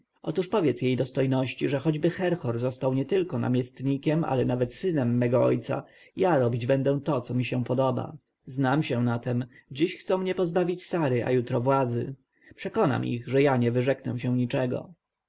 otóż powiedz jej dostojności że choćby herhor został nietylko namiestnikiem ale nawet synem mego ojca ja robić będę to co mi się podoba znam się na tem dziś chcą mnie pozbawić sary a jutro władzy przekonam ich że ja nie wyrzeknę się niczego